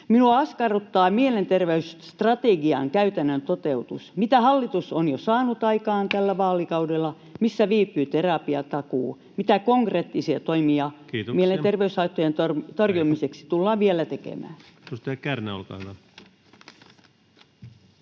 Minua askarruttaa mielenterveysstrategian käytännön toteutus. Mitä hallitus on jo saanut aikaan tällä vaalikaudella? Missä viipyy terapiatakuu? Mitä konkreettisia toimia mielenterveyshaittojen torjumiseksi tullaan vielä tekemään?